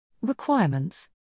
Requirements